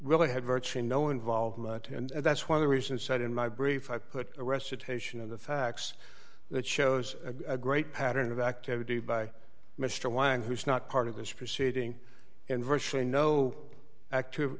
really had virtually no involvement and that's one of the reason said in my brief i put a recitation of the facts that shows a great pattern of activity by mr wang who is not part of this proceeding and virtually no active